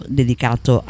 dedicato